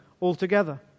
altogether